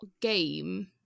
game